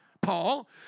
Paul